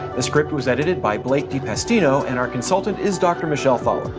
the script was edited by blake de pastino, and our consultant is dr. michelle thaller.